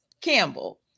Campbell